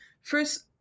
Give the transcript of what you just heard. first